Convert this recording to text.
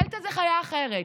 דלתא זאת חיה אחרת,